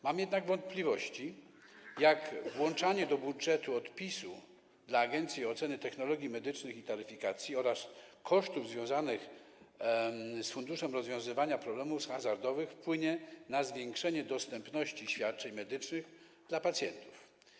Mam jednak wątpliwości: Jak włączanie do budżetu odpisu dla Agencji Oceny Technologii Medycznych i Taryfikacji oraz kosztów związanych z Funduszem Rozwiązywania Problemów Hazardowych wpłynie na zwiększenie dostępności świadczeń medycznych dla pacjentów?